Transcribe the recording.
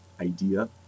idea